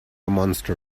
monster